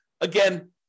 Again